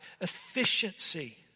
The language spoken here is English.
efficiency